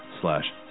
slash